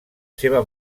seva